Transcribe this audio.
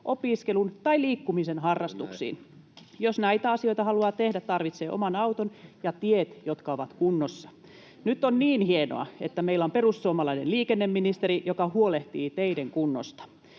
opiskelun tai liikkumisen harrastuksiin. Jos näitä asioita haluaa tehdä, tarvitsee oman auton ja tiet, jotka ovat kunnossa. Nyt on niin hienoa, että meillä on perussuomalainen liikenneministeri, joka huolehtii teiden kunnosta.